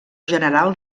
general